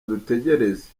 dutegereze